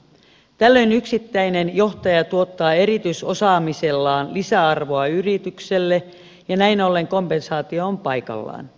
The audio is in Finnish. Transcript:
tällöin yksittäinen johtaja tuottaa erityisosaamisellaan lisäarvoa yritykselle ja näin ollen kompensaatio on paikallaan